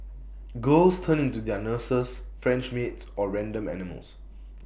girls turn into their nurses French maids or random animals